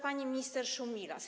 pani minister Szumilas.